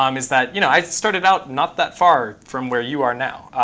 um is that you know i started out not that far from where you are now.